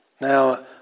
Now